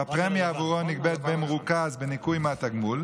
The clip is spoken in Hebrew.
שהפרמיה בעבורו נגבית במרוכז בניכוי מהתגמול,